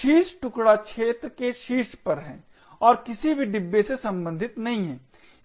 शीर्ष टुकड़ा क्षेत्र के शीर्ष पर है और किसी भी डिब्बे से संबंधित नहीं है